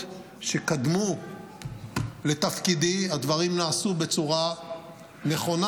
שקדמו לתפקידי הדברים נעשו בצורה נכונה.